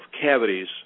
cavities